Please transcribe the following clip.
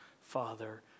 Father